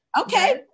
Okay